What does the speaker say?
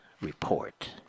report